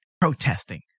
protesting